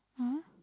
(uh huh)